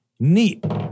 Neat